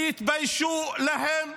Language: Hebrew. שיתביישו להם.